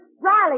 Riley